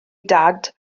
dad